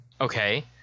Okay